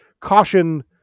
caution